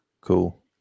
Cool